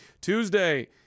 Tuesday